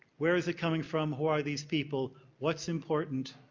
where is it coming from, who are these people, what's important.